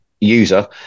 user